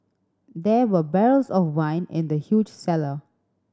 there were barrels of wine in the huge cellar